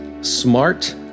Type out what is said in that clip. smart